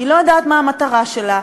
היא לא יודעת מה המטרה שלה,